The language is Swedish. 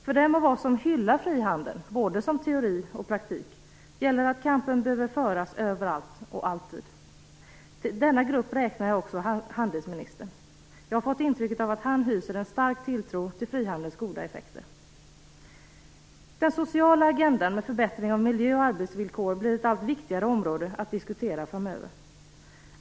För dem av oss som hyllar frihandel, både som teori och som praktik, gäller att kampen behöver föras överallt och alltid. Till denna grupp räknar jag också handelsministern. Jag har fått intrycket att han hyser en stark tilltro till frihandelns goda effekter. Den sociala agendan, med förbättringar av miljö och arbetsvillkor, blir ett allt viktigare område att diskutera framöver.